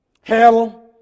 Hell